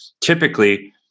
typically